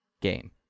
game